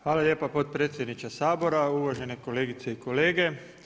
Hvala lijepo potpredsjedniče Sabora, uvažene kolegice i kolege.